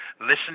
Listen